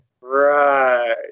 Right